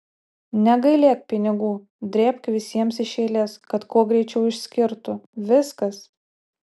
negailėk pinigų drėbk visiems iš eilės kad kuo greičiau išskirtų viskas